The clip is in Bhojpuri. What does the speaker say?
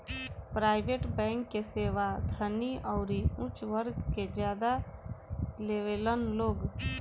प्राइवेट बैंक के सेवा धनी अउरी ऊच वर्ग के ज्यादा लेवेलन लोग